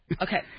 Okay